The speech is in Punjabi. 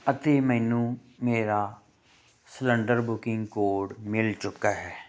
ਅਤੇ ਮੈਨੂੰ ਮੇਰਾ ਸਲੰਡਰ ਬੁਕਿੰਗ ਕੋਡ ਮਿਲ ਚੁੱਕਾ ਹੈ